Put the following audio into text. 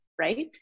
right